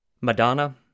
madonna